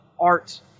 art